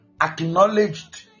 acknowledged